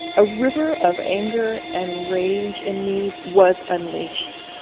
a river of anger and rage in me was unleashed